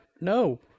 No